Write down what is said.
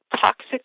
toxic